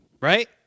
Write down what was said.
Right